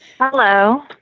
Hello